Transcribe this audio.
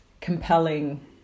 compelling